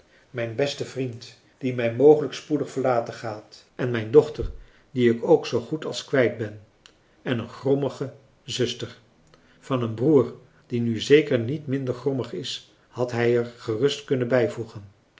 mijn beste vriend die mij mogelijk spoedig verlaten gaat en mijn dochter die ik ook zoo goed als kwijt ben en een grommige zuster van een broer die nu zeker niet minder grommig is had hij er gerust kunnen bijvoegen